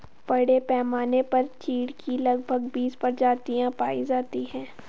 बड़े पैमाने पर चीढ की लगभग बीस प्रजातियां पाई जाती है